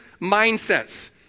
mindsets